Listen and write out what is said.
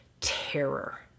terror